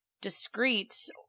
discreet